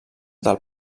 del